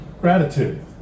gratitude